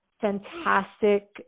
fantastic